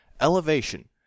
Elevation